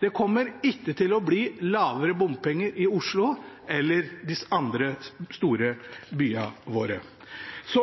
det at det ikke kommer til å bli lavere bompenger i Oslo eller de andre store byene våre. Så